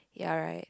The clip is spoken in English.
ya right